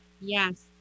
Yes